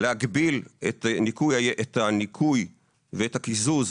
להגביל את הניכוי ואת הקיזוז